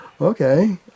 Okay